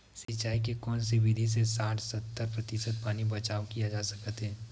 सिंचाई के कोन से विधि से साठ सत्तर प्रतिशत पानी बचाव किया जा सकत हे?